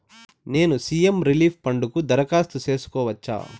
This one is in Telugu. నేను సి.ఎం రిలీఫ్ ఫండ్ కు దరఖాస్తు సేసుకోవచ్చా?